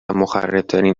مخربترین